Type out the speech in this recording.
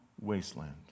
wasteland